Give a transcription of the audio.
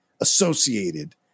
associated